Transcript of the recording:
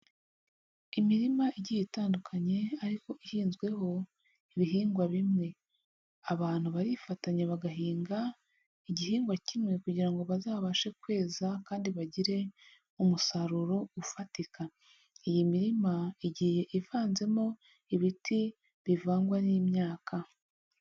Imirima igiye itandukanye ariko ihinzweho ibihingwa bimwe, abantu barifatanya bagahinga igihingwa kimwe kugira ngo bazabashe kweza kandi bagire umusaruro ufatika, iyi mirima igiye ivanzemo ibiti bivangwa n'imyaka.